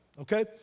Okay